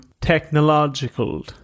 technological